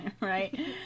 Right